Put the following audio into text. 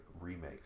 remakes